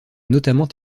notamment